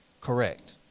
correct